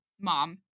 Mom